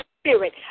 spirit